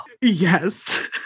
Yes